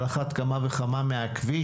על אחת כמה וכמה מהכביש,